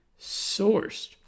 sourced